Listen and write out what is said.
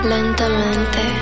Lentamente